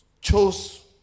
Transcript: chose